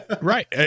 Right